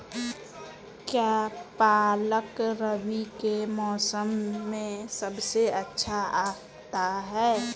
क्या पालक रबी के मौसम में सबसे अच्छा आता है?